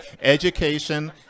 Education